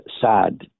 sad